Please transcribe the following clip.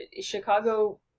Chicago